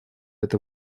этой